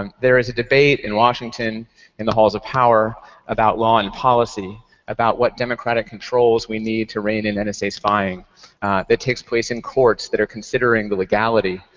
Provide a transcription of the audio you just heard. um there is a debate in washington in the halls of power about law and policy about what democratic controls we need to reign in and nsa spying that takes place in courts that are considering the legality,